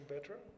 better